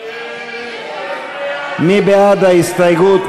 מי בעד ההסתייגות?